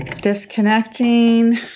Disconnecting